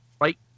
Right